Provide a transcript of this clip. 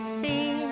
see